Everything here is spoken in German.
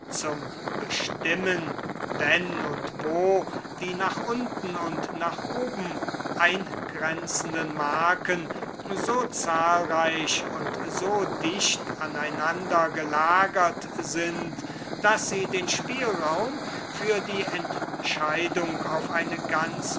zum bestimmen wenn und wo die nach unten und oben eingrenzenden marken so zahlreich und so dicht aneinander gelagert sind daß sie den spielraum für die entscheidung auf eine ganz